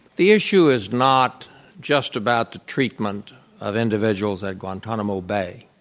the issue is not just about the treatment of individuals at guantanamo bay.